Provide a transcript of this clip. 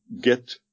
get